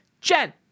Jen